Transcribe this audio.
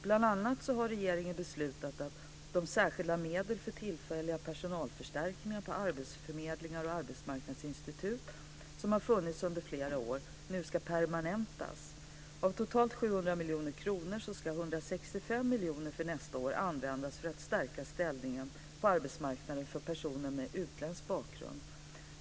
Bland annat har regeringen beslutat att de särskilda medel för tillfälliga personalförstärkningar på arbetsförmedlingar och arbetsmarknadsinstitut som har funnits under flera år nu ska permanentas. Av totalt 700 miljoner kronor ska 165 miljoner under nästa år användas för att stärka ställningen på arbetsmarknaden för personer med utländsk bakgrund.